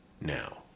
now